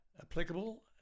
applicable